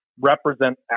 represent